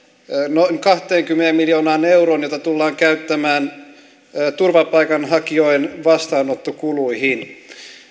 noin kahteenkymmeneen miljoonaan euroon joita tullaan käyttämään turvapaikanhakijoiden vastaanottokuluihin